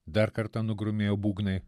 dar kartą nugrumėjo būgnai